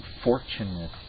fortunate